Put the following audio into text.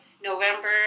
November